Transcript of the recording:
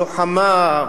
לוחמה,